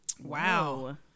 Wow